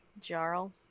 Jarl